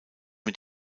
mit